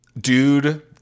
Dude